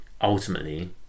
ultimately